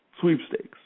sweepstakes